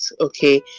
okay